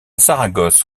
saragosse